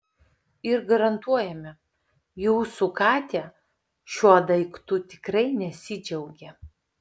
ir garantuojame jūsų katė šiuo daiktu tikrai nesidžiaugė